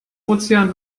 ozean